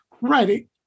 Right